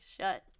shut